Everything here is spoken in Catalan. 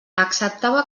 acceptava